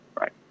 Right